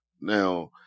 now